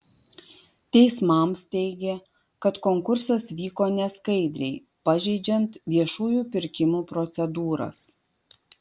teismams teigė kad konkursas vyko neskaidriai pažeidžiant viešųjų pirkimų procedūras